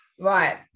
Right